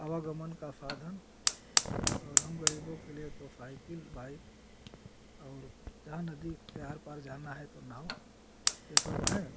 आवागमन का साधन और हम गरीबों के लिए तो साइकिल बाइक़ और जहाँ नदी से आर पार जाना है तो नाव यह सब हैं